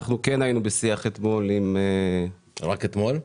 אנחנו כן היינו בשיח אתמול --- רק אתמול?